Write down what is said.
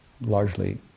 largely